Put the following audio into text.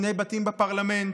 שני בתים בפרלמנט,